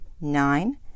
Nine